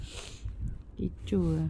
kecoh ah